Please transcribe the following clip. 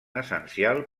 essencial